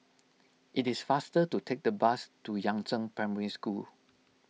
it is faster to take the bus to Yangzheng Primary School